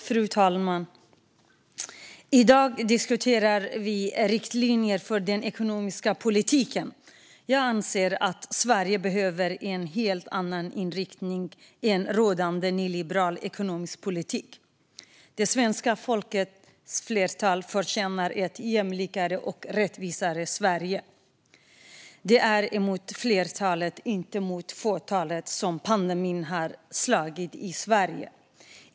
Fru talman! I dag diskuterar vi riktlinjerna för den ekonomiska politiken. Jag anser att Sverige behöver en helt annan inriktning än rådande nyliberal ekonomisk politik. Det svenska folkets flertal förtjänar ett jämlikare och rättvisare Sverige. Det är mot flertalet, inte mot fåtalet, som pandemin har slagit i Sverige.